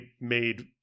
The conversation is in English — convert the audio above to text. made